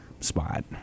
spot